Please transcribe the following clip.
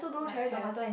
like have